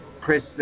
Chris